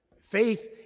Faith